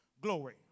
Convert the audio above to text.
glory